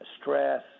stress